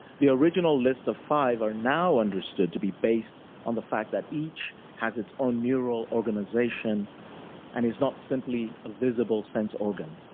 the original list of five are now understood to be based on the fact that each has its own neural organization and is not simply a visible sense organ.